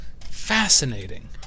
Fascinating